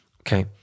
okay